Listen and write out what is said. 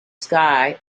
sky